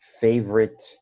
favorite